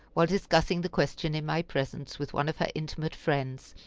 while discussing the question in my presence with one of her intimate friends,